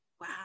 wow